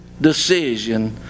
decision